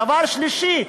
דבר שלישי,